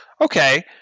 Okay